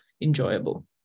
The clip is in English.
enjoyable